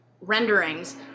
renderings